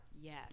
Yes